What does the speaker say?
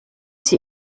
sie